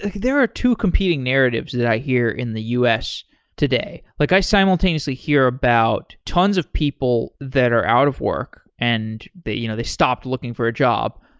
there are two competing narratives that i here in the us today. like i simultaneously hear about tons of people that are out of work and that you know they stopped looking for a job.